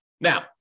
Now